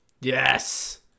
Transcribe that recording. Yes